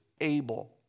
able